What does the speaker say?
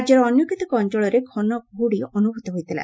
ରାକ୍ୟର ଅନ୍ୟକେତେକ ଅଞ୍ଚଳରେ ଘନ କୃହ୍ରଡି ଅନୁଭ୍ରତ ହୋଇଥିଲା